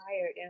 tired